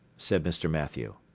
said mr. mathew.